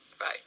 right